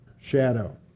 shadow